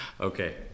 Okay